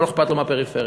לא אכפת לו מהפריפריה,